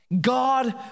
God